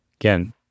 Again